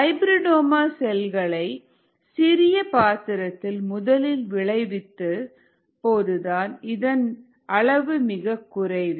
ஹைபிரிடாமா செல்களை சிறிய பாத்திரத்தில் முதலில் விளைவித்த போது இதன் அளவு மிகக் குறைவே